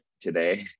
today